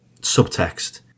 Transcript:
subtext